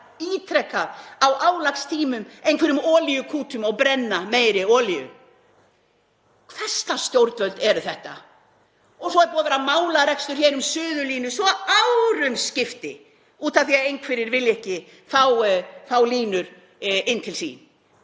ítrekað á álagstímum einhverjum olíukútum og brenna meiri olíu. Hvers lags stjórnvöld eru þetta? Og svo er búið að vera málarekstur um Suðurnesjalínu svo árum skiptir af því að einhverjir vilja ekki fá þá línu til sín.